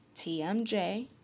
TMJ